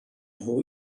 nhw